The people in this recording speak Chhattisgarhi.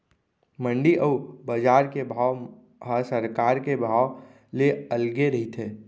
मंडी अउ बजार के भाव ह सरकार के भाव ले अलगे रहिथे